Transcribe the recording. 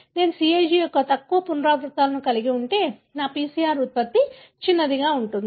నేను CAG యొక్క తక్కువ పునరావృత్తులు కలిగి ఉంటే నా PCR ఉత్పత్తి చిన్నదిగా ఉంటుంది